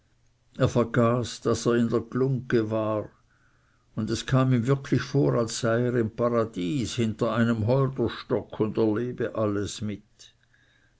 er vergaß daß er in der glungge war und es kam ihm wirklich vor als sei er im paradies hinter einem holderstock und er lebe alles mit